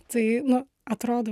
tai nu atrodo